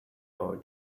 our